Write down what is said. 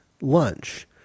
lunch